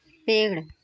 पेड़